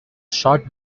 short